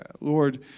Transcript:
Lord